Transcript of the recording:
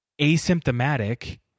asymptomatic